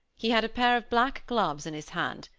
he had a pair of black gloves in his hand,